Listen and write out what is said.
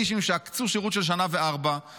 בני"שים שעקצו שירות של שנה וארבע,